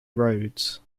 rhodes